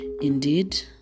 Indeed